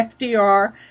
FDR